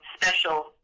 special